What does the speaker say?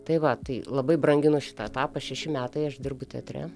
tai va tai labai branginu šitą etapą šeši metai aš dirbu teatre